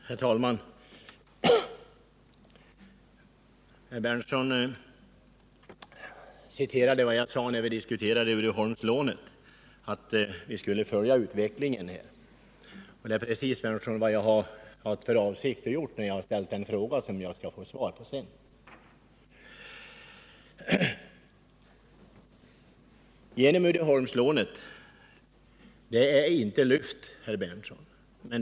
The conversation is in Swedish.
Herr talman! Herr Berndtson citerade vad jag sade när vi diskuterade Uddeholmslånet. Vi skulle följa utvecklingen. Det är precis vad jag hade för avsikt att göra när jag ställde den fråga som jag litet senare skall få svar på. Uddeholmslånet är inte lyft, herr Berndtson.